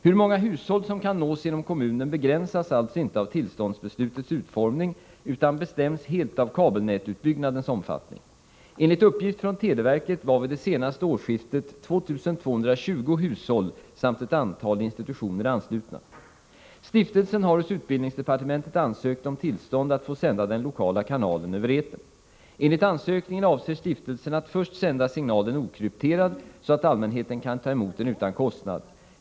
Hur många hushåll som kan nås inom kommunen begränsas alltså inte av tillståndsbeslutets utformning utan bestäms helt av kabelnätsutbyggnadens omfattning. Enligt uppgift från televerket var vid det senaste årsskiftet 2 220 hushåll samt ett antal institutioner anslutna. Stiftelsen har hos utbildningsdepartementet ansökt om tillstånd att sända den lokala kanalen över etern. Enligt ansökningen avser stiftelsen att först sända signalen okrypterad så att allmänheten kan ta emot den utan kostnad.